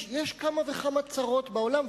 יש כמה וכמה צרות בעולם,